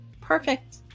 Perfect